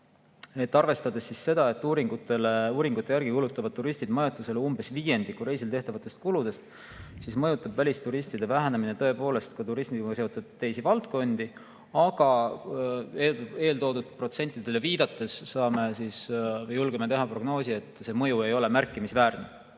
Arvestades seda, et uuringute järgi kulutavad turistid majutusele umbes viiendiku reisile tehtavatest kulutustest, mõjutab välisturistide vähenemine tõepoolest ka teisi turismiga seotud valdkondi. Eeltoodud protsentidele viidates me julgeme teha prognoosi, et see mõju ei ole märkimisväärne.